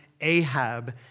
Ahab